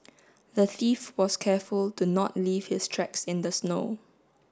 the thief was careful to not leave his tracks in the snow